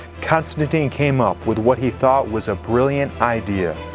constantine came up with what he thought was a brilliant idea.